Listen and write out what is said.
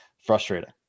frustrating